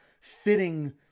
fitting